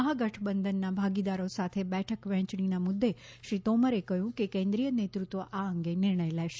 મહાગઠબંધનના ભાગીદારો સાથે બેઠક વહેંચણીના મુદ્દે શ્રી તોમરે કહ્યું કે કેન્દ્રીય નેતૃત્વ આ અંગે નિર્ણય લેશે